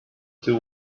two